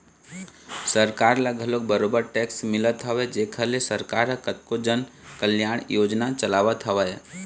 सरकार ल घलोक बरोबर टेक्स मिलत हवय जेखर ले सरकार ह कतको जन कल्यानकारी योजना चलावत हवय